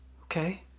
Okay